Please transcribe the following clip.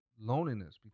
loneliness